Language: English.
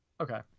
okay